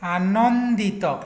ଆନନ୍ଦିତ